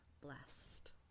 blessed